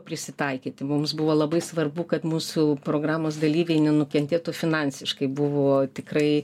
prisitaikyti mums buvo labai svarbu kad mūsų programos dalyviai nenukentėtų finansiškai buvo tikrai